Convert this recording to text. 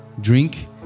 Drink